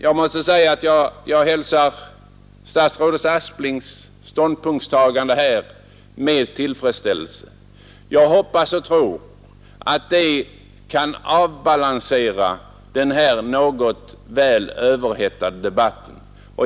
Jag måste säga att jag hälsar socialministerns ståndpunktstagande med tillfredsställelse. Jag hoppas och tror att det kan ge balans åt den något överhettade debatten.